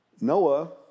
Noah